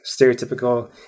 stereotypical